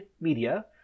media